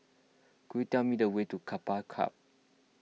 could you tell me the way to Keppel Club